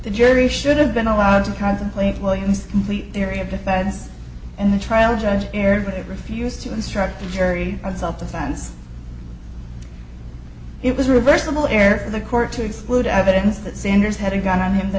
the jury should have been allowed to contemplate williams complete theory of defense in the trial judge erik refused to instruct the jury on self defense it was reversible error for the court to exclude evidence that sanders had a gun on him the